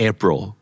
April